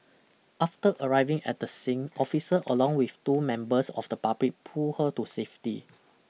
after arriving at the sing officer along with two members of the public pull her to safety